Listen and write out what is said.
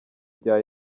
rya